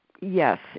Yes